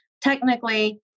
technically